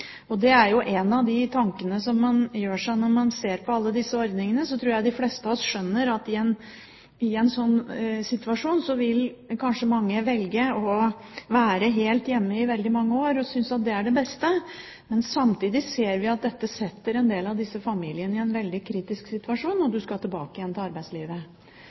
Det er jo en av de tankene man gjør seg. Når man ser på disse ordningene, tror jeg de fleste av oss skjønner at i en slik situasjon vil mange kanskje velge å være helt hjemme i veldig mange år og synes det er det beste. Samtidig ser vi at dette setter en del av disse familiene i en veldig kritisk situasjon når man skal tilbake igjen til arbeidslivet.